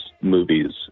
movies